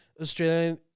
Australian